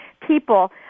people